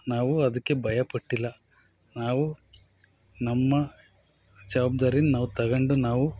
ನಾವು ಅದಕ್ಕೆ ಭಯಪಟ್ಟಿಲ್ಲ ನಾವು ನಮ್ಮ ಜವಬ್ದಾರಿನ್ನ ನಾವು ತೊಗೊಂಡು ನಾವು